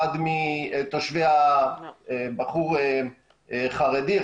בחור חרדי,